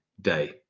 day